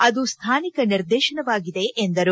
ಅದು ಸ್ವಾನಿಕ ನಿರ್ದೇಶನವಾಗಿದೆ ಎಂದರು